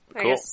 Cool